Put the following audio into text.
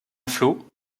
flot